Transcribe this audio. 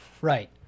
right